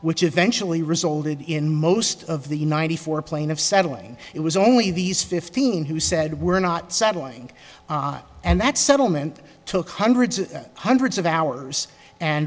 which eventually resulted in most of the ninety four plain of settling it was only these fifteen who said we're not settling and that settlement took hundreds and hundreds of hours and